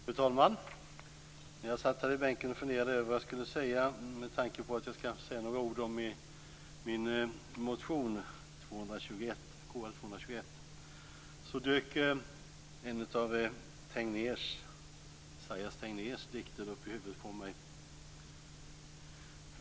Fru talman! När jag satt här i bänken och funderade över vad jag skulle säga, med tanke på att jag skall säga några ord om min motion Kr221, dök en av Esaias Tegnérs dikter upp i huvudet på mig.